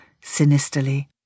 sinisterly